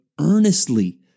earnestly